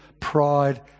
pride